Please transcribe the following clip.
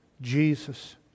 Jesus